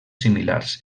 similars